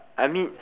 I mean